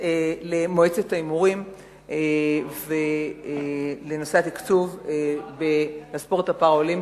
גם למועצת ההימורים ולנושא התקצוב של הספורט הפראלימפי,